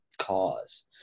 cause